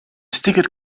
sticker